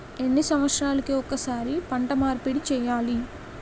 ఎన్ని సంవత్సరాలకి ఒక్కసారి పంట మార్పిడి చేయాలి?